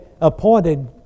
appointed